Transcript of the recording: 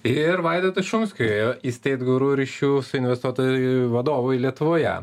ir vaidotui šumskiui įsteigt guru ryšių su investuotoju vadovui lietuvoje